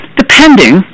depending